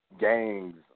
gangs